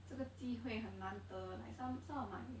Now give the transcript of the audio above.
这个机会很难得 like some some of my